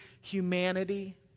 humanity